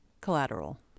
Collateral